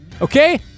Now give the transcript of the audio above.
okay